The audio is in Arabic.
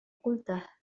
قلته